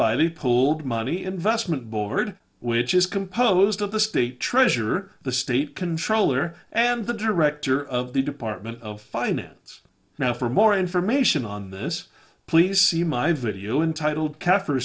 by the pulled money investment board which is composed of the state treasurer the state controller and the director of the department of finance now for more information on this please see my video in titled